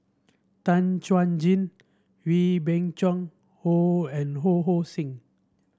Tan Chuan Jin Wee Beng Chong Ho and Ho Hong Sing